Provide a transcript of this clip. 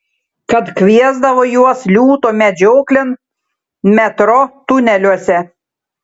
kad kviesdavo juos liūto medžioklėn metro tuneliuose